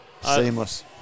Seamless